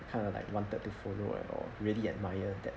kind of like wanted to follow at all really admire that